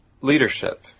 leadership